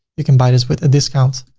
you can buy this with a discount.